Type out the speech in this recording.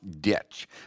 ditch